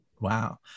Wow